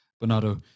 Bernardo